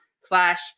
slash